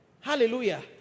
Hallelujah